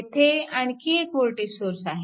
येथे आणखी एक वोल्टेज सोर्स आहे